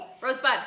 Rosebud